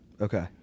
okay